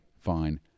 fine